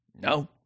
No